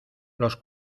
los